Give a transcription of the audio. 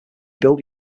built